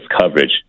coverage